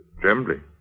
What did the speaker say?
trembling